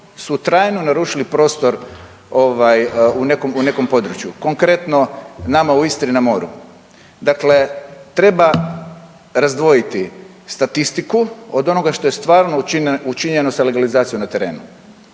su trajno narušili prostor u nekom području, konkretno nama u Istri na moru. Dakle, treba razdvojiti statistiku od onoga što je stvarno učinjeno sa legalizacijom na terenu.